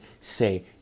say